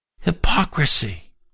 hypocrisy